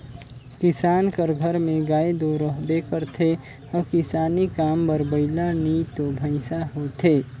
किसान कर घर में गाय दो रहबे करथे अउ किसानी काम बर बइला नी तो भंइसा होथे